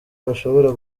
bashobora